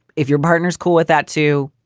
if your partner is cool with that too,